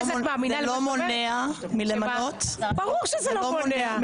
לא, זה לא מונע מלמנות -- ברור שזה לא מונע.